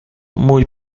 muy